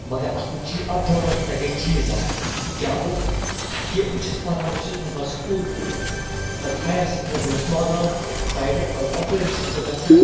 مگر اَتھ منٛز چی اَتھ دوران ہَسا گٔے چیٖز اَکھ کیٛاہ گوٚو کہِ بہٕ چھُس پَران وۄنۍ چھُس بہٕ گَژھان سُکوٗل تہِ تَتہِ ہایر سٮ۪کَنٛڈرِیَس ماگام سایڈٕ اپٲری چھُس بہٕ گژھان